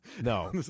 No